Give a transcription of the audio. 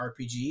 rpg